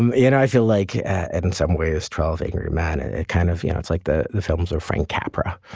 and and i feel like it in some way is trollface man. and it kind of you know, it's like the the films are frank capra,